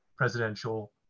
Presidential